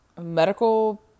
medical